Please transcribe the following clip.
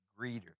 greeter